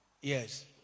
Yes